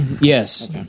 Yes